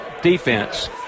defense